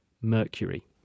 Mercury